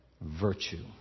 Virtue